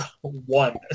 one